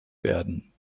werden